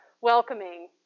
welcoming